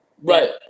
Right